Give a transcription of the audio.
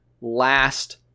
last